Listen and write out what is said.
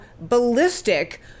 ballistic